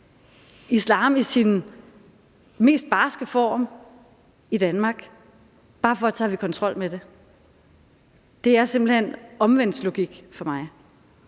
islam i dens mest barske form i Danmark, bare for at have kontrol med dem. Det er simpelt hen omvendt logik for mig.